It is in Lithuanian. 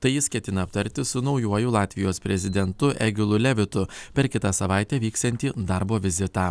tai jis ketina aptarti su naujuoju latvijos prezidentu egilu levitu per kitą savaitę vyksiantį darbo vizitą